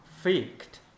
faked